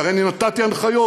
כי אני הרי נתתי הנחיות,